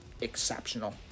exceptional